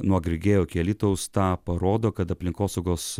nuo grigeo iki alytaus tą parodo kad aplinkosaugos